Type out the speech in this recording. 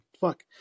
Fuck